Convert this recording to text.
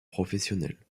professionnel